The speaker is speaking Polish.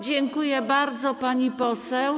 Dziękuję bardzo, pani poseł.